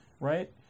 right